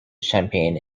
champagne